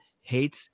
hates